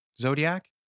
Zodiac